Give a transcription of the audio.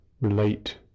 relate